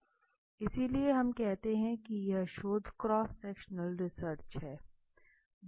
इसलिए हम कहते हैं कि यह शोध क्रॉस सेक्शनल रिसर्च है